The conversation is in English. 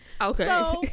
Okay